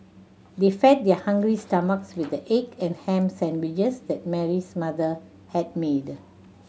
they fed their hungry stomachs with the egg and ham sandwiches that Mary's mother had made